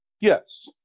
Yes